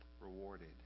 rewarded